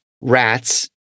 rats